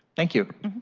thank you.